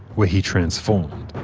where he transformed.